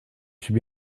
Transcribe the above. should